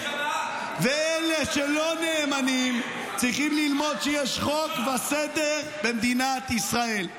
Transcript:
ואלה שלא נאמנים צריכים ללמוד שיש חוק וסדר במדינת ישראל.